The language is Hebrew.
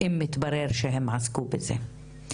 אם יתברר שהם עסקו בזה.